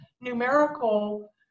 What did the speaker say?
numerical